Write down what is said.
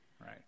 Right